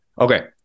Okay